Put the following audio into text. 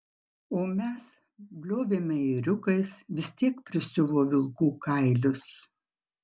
o mes bliovėme ėriukais vis tiek prisiuvo vilkų kailius